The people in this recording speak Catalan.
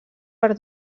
per